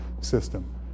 system